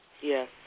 Yes